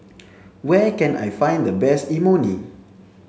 where can I find the best Imoni